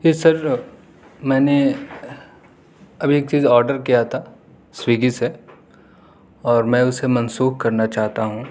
یس sir میں نے ابھی ایک چیز آڈر کیا تھا سویگی سے اور میں اسے منسوخ کرنا چاہتا ہوں